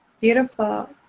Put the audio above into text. Beautiful